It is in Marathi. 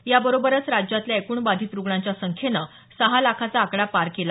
याबरोबरच राज्यातल्या एकूण बाधित रुग्णांच्या संख्येनं सहा लाखाचा आकडा पार केला